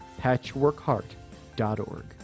patchworkheart.org